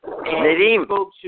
Nadim